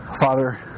Father